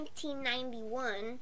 1991